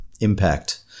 impact